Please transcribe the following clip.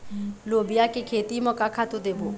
लोबिया के खेती म का खातू देबो?